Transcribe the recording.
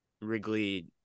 Wrigley